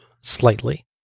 slightly